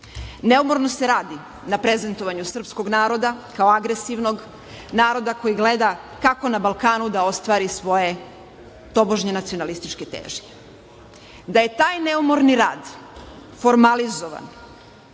se radi na prezentovanju srpskog naroda kao agresivnog naroda koji gleda kako na Balkanu da ostvari svoje tobožnje nacionalističke težnje. Da je taj neumorni rad formalizovan,